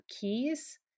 keys